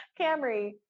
Camry